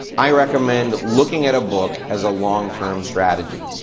i recommend looking at a book as a longterm strategy.